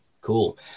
Cool